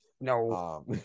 No